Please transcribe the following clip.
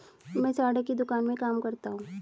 मैं साड़ी की दुकान में काम करता हूं